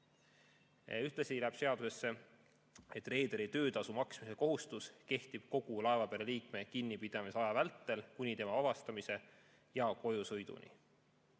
läheb seadusesse, et reederi töötasu maksmise kohustus kehtib kogu laevapere liikme kinnipidamise aja vältel kuni tema vabastamise ja kojusõiduni.